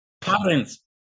Parents